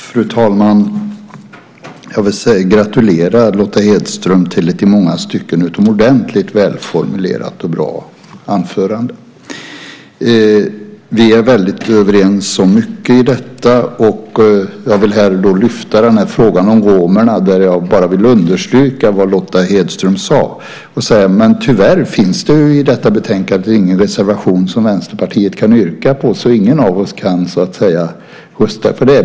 Fru talman! Jag vill gratulera Lotta Hedström till ett i många stycken utomordentligt välformulerat och bra anförande. Vi är väldigt överens om mycket i detta. Och jag vill lyfta fram frågan om romerna där jag bara vill understryka vad Lotta Hedström sade. Men tyvärr finns det i detta betänkande ingen reservation som Vänsterpartiet kan yrka bifall till, så ingen av oss kan så att säga rösta för det.